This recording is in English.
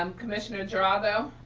um commissioner geraldo.